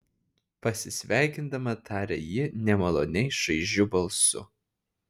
pasisveikindama tarė ji nemaloniai šaižiu balsu